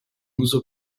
uso